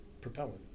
propellant